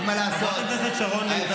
חברת הכנסת שרון ניר.